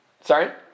Sorry